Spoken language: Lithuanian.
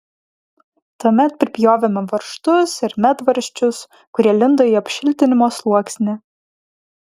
tuomet pripjovėme varžtus ir medvaržčius kurie lindo į apšiltinimo sluoksnį